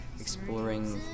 exploring